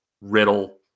riddle